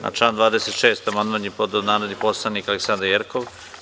Na član 26. amandman je podneo narodni poslanik Aleksandra Jerkov.